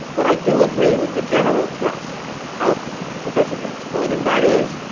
but i do agree with the general thrust of professor berns' point and that is,